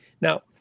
Now